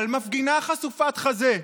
ממפגינה חשופת חזה,